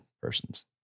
persons